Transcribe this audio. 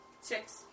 Six